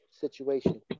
situation